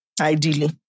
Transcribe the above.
ideally